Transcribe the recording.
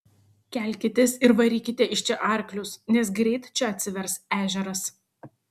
kelkitės ir varykite iš čia arklius nes greit čia atsivers ežeras